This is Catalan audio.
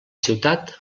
ciutat